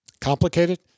Complicated